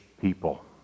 people